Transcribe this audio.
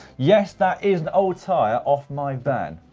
yes that is the old tyre off my van.